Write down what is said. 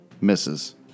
Misses